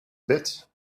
bit